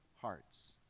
hearts